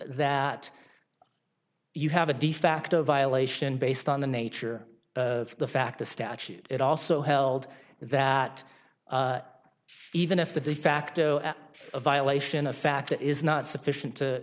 that you have a de facto violation based on the nature of the fact the statute it also held that even if the de facto a violation a fact is not sufficient to